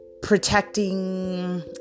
protecting